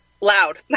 loud